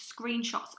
screenshots